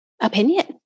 opinion